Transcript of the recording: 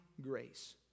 grace